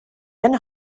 then